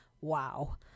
wow